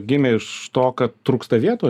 gimė iš to kad trūksta vietų